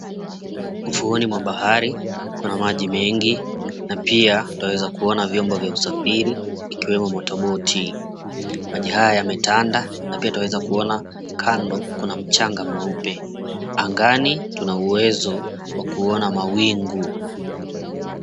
Ufuoni mwa bahari, kuna maji mengi na pia, tunaweza kuona vyombo vya usafiri ikiwemo motoboti. Maji haya yametanda na pia tunaweza kuona kando, kuna mchanga mweupe. Angani, tuna uwezo wa kuona mawingu.